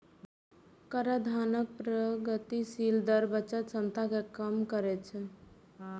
कराधानक प्रगतिशील दर बचत क्षमता कें कम करै छै